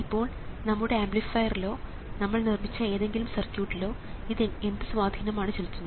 ഇപ്പോൾ നമ്മുടെ ആംപ്ലിഫയറിലോ നമ്മൾ നിർമ്മിച്ച ഏതെങ്കിലും സർക്യൂട്ടിലോ ഇത് എന്ത് സ്വാധീനം ആണ് ചെലുത്തുന്നത്